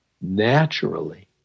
naturally